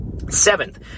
Seventh